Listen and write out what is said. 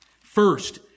first